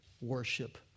worship